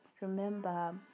remember